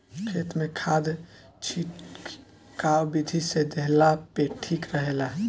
खेत में खाद खिटकाव विधि से देहला पे ठीक रहेला